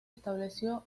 estableció